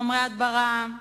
חומרי הדברה,